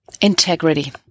Integrity